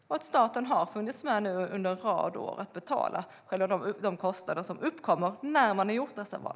Och staten har funnits med under en rad år nu, för att betala de kostnader som uppkommer när man har gjort dessa val.